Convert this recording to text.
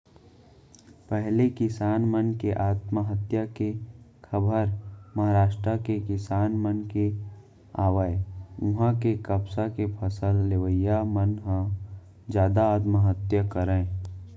पहिली किसान मन के आत्महत्या के खबर महारास्ट के किसान मन के आवय उहां के कपसा के फसल लेवइया मन ह जादा आत्महत्या करय